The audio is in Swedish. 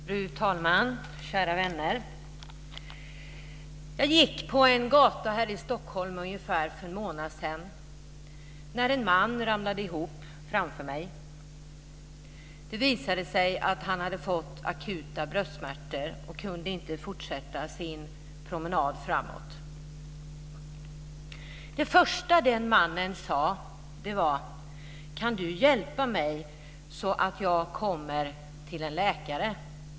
Fru talman! Kära vänner! Jag gick på en gata här i Stockholm för ungefär en månad sedan, när en man ramlade ihop framför mig. Det visade sig att han hade fått akuta bröstsmärtor, och han kunde inte fortsätta sin promenad framåt. Det första den mannen sade var "Kan du hjälpa mig så att jag kommer till en läkare?".